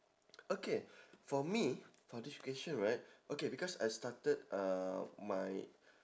okay for me for this question right okay because I started uh my